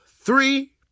three